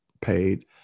paid